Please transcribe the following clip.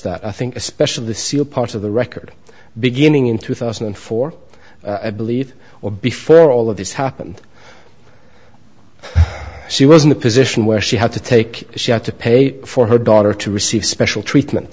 that i think especially the c e o part of the record beginning in two thousand and four i believe or before all of this happened she was in a position where she had to take she had to pay for her daughter to receive special treatment